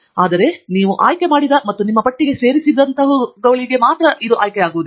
ಆದರೆ ನೀವು ಆಯ್ಕೆ ಮಾಡಿದ ಮತ್ತು ನಿಮ್ಮ ಪಟ್ಟಿಗೆ ಸೇರಿಸಿದಂತಹವುಗಳಿಗೆ ಮಾತ್ರ ಇದು ಆಯ್ಕೆಯಾಗುವುದಿಲ್ಲ